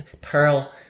pearl